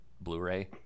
blu-ray